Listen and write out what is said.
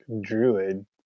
druid